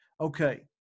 Okay